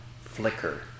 flicker